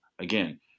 again